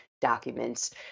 documents